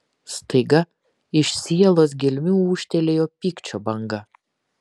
staiga iš sielos gelmių ūžtelėjo pykčio banga